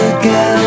again